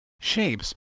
shapes